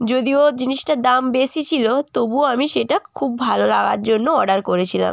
যদিও জিনিসটার দাম বেশি ছিল তবুও আমি সেটা খুব ভালো লাগার জন্য অর্ডার করেছিলাম